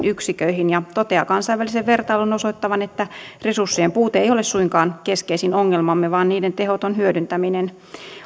yksiköihin ja toteaa kansainvälisen vertailun osoittavan että resurssien puute ei ole suinkaan keskeisin ongelmamme vaan niiden tehoton hyödyntäminen